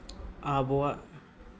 ᱟᱵᱚᱣᱟᱜ